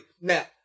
now